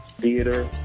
Theater